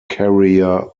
carrier